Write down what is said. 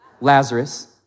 Lazarus